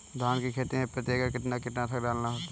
धान की खेती में प्रति एकड़ कितना कीटनाशक डालना होता है?